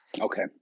Okay